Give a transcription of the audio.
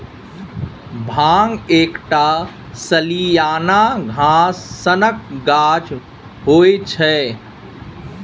भांग एकटा सलियाना घास सनक गाछ होइ छै